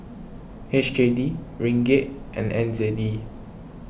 H K D Ringgit and N Z D